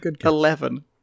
Eleven